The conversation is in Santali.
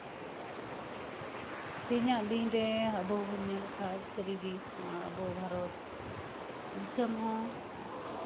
ᱛᱤᱦᱤᱧᱟᱜ ᱫᱤᱱ ᱨᱮ ᱟᱵᱚ ᱵᱚᱱ ᱧᱮᱞ ᱞᱮᱠᱷᱟᱡ ᱥᱟᱨᱤ ᱜᱮ ᱟᱵᱚᱣᱟᱜ ᱵᱷᱟᱨᱚᱛ ᱫᱤᱥᱚᱢ ᱦᱚᱸ